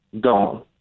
gone